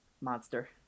monster